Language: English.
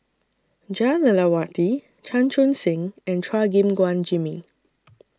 Jah Lelawati Chan Chun Sing and Chua Gim Guan Jimmy